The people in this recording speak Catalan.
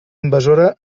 invasora